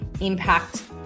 impact